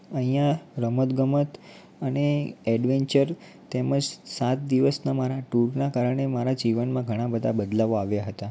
અહીંયા રમતગમત અને ઍડવેન્ચર તેમજ સાત દિવસનાં મારા ટૂરના કારણે મારા જીવનમાં ઘણા બધા બદલાવો આવ્યા હતા